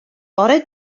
bore